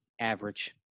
average